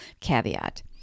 caveat